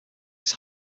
its